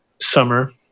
summer